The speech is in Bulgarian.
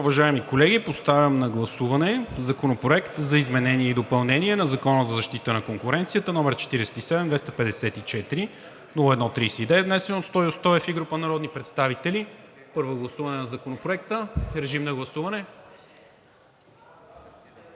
Уважаеми колеги, поставям на гласуване Законопроект за изменение и допълнение на Закона за защита на конкуренцията, № 47-254-01-39, внесен от Стою Стоев и група народни представители – първо гласуване на Законопроекта. Гласували